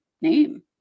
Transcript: name